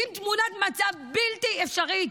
ומציגים תמונה בלתי אפשרית: